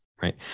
Right